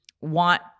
want